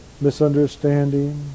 misunderstanding